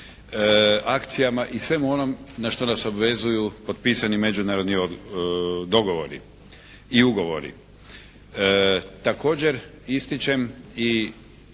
akcijama i svemu onom na što nas obvezuju potpisani međunarodni dogovori i ugovori. Također ističem i